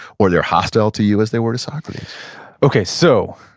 or they're hostile to you as they were to socrates okay. so,